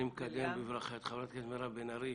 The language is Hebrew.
אני מקדם בברכה את חברת הכנסת מירב בן ארי.